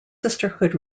sisterhood